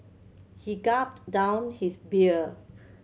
he gulped down his beer